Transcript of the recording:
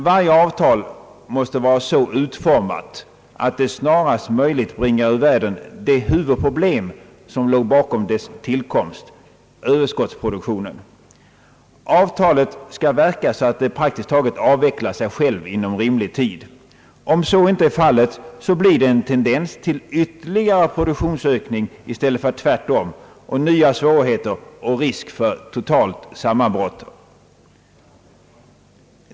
Varje avtal måste vara så utformat att det snarast möjligt bringar ur världen det huvudproblem som låg bakom dess tillkomst, nämligen överskottsproduktionen. Avtalet bör verka så att det praktiskt taget avvecklar sig självt inom rimlig tid. Om så inte är fallet uppstår en tendens till ytterligare produktionsökning i stället för tvärtom, och nya svårigheter samt risk för totalt sammanbrott blir följden.